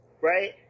right